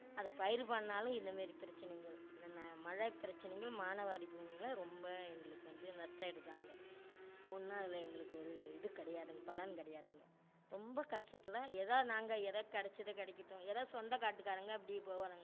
அதை பயிர் பண்ணிணாலும் இந்த மாரி பிரச்சினைங்கள் இந்த ந மழை பிரச்சினைங்கள் மானாவாரி பூமியில் ரொம்ப எங்களுக்கு வந்து நஷ்ட ஈடு தாங்க ஒன்றும் அதில் எங்களுக்கு ஒரு இது கிடையாதுங்க பலன் கிடையாதுங்க ரொம்ப கஷ்டத்தில் ஏதாே நாங்கள் ஏதா கிடச்சது கிடைக்கிட்டும் ஏதாே சொந்த காட்டுக்காரங்கள் அப்படி போவாருங்க